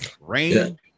rain